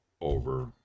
over